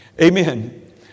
Amen